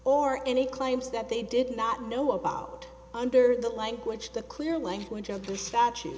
or any claims that they did not know about under the language the clear language of the statu